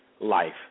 life